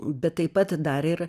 bet taip pat dar ir